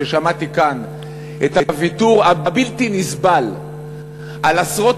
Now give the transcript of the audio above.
כששמעתי כאן על הוויתור הבלתי-נסבל על עשרות